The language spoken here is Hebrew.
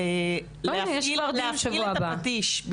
זה להפעיל את הפטיש.